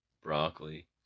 Broccoli